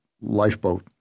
lifeboat